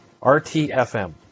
RTFM